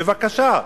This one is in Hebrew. בבקשה,